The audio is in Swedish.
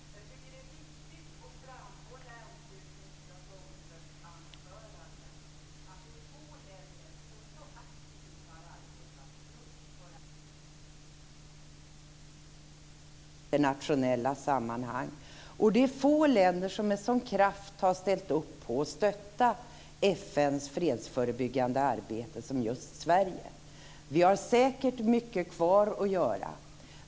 Fru talman! Det är viktigt att i anslutning till Lars Ångströms anförande framhålla att det är få länder som så aktivt har arbetat just för att man ska se de tidiga varningarna i internationella sammanhang och att det är få länder som med en sådan kraft har ställt upp på och stöttat FN:s fredsförebyggande arbete som just Sverige men vi har säkert mycket kvar att göra.